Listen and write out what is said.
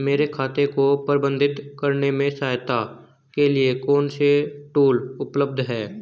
मेरे खाते को प्रबंधित करने में सहायता के लिए कौन से टूल उपलब्ध हैं?